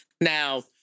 Now